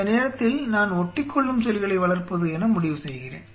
இந்த நேரத்தில் நான் ஒட்டிக்கொள்ளும் செல்களை வளர்ப்பது என முடிவு செய்கிறேன்